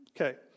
Okay